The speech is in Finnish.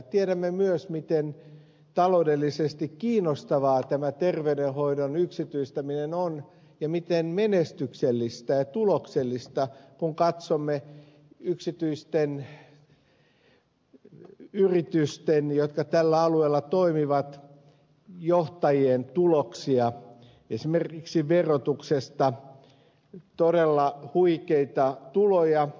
tiedämme myös miten taloudellisesti kiinnostavaa terveydenhoidon yksityistäminen on ja miten menestyksellistä ja tuloksellista kun katsomme yksityisten yritysten jotka tällä alueella toimivat johtajien tuloksia esimerkiksi verotuksesta todella huikeita tuloja